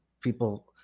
people